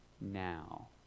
now